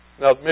Now